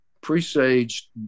presaged